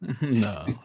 No